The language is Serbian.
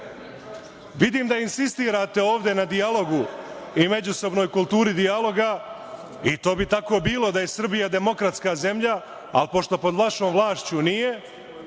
da insistirate ovde na dijalogu i međusobnoj kulturi dijaloga i to bi tako bilo da je Srbija demokratska zemlja, ali pošto pod vašom vlašću nije